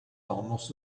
almost